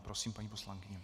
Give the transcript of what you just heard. Prosím, paní poslankyně.